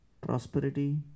prosperity